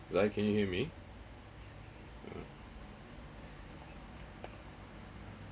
zai can you hear me